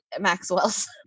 Maxwell's